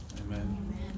Amen